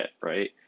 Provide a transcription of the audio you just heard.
right